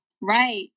right